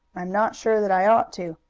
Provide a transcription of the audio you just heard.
i am not sure that i ought to,